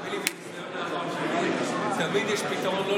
תאמין לי, מניסיון העבר שלי, תמיד יש פתרון.